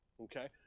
Okay